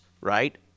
right